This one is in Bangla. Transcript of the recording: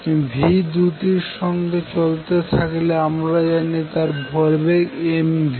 v দ্রুতির সঙ্গে চলতে থাকলে আমরা জানি তার ভরবেগ m v